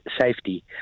safety